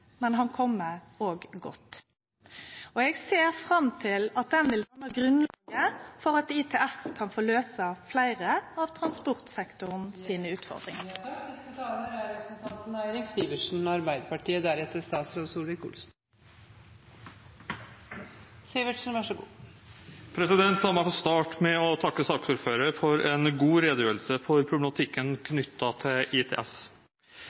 men han kjem godt. Eg ser fram til at han vil danne grunnlaget for at ITS kan få løyse fleire av transportsektoren sine utfordringar. La meg starte med å takke saksordføreren for en god redegjørelse om problematikken knyttet til ITS.